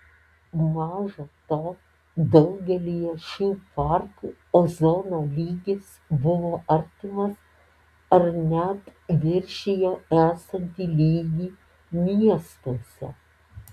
maža to daugelyje šių parkų ozono lygis buvo artimas ar net viršijo esantį lygį miestuose